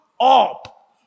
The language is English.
up